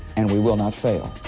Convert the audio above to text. and we will not fail.